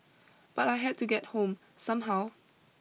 but I had to get home somehow